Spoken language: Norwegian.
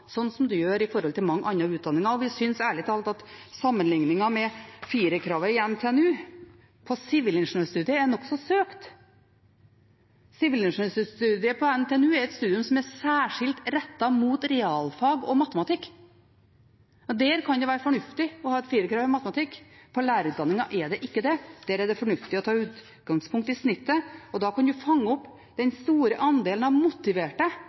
gjør i mange andre utdanninger. Vi synes ærlig talt at sammenligningen med firerkravet ved NTNU, på sivilingeniørstudiet, er nokså søkt. Sivilingeniørstudiet på NTNU er et studium som er særskilt rettet mot realfag og matematikk. Der kan det være fornuftig å ha et firerkrav i matematikk, på lærerutdanningen er det ikke det. Der er det fornuftig å ta utgangspunkt i snittet. Da kan en fange opp den store andelen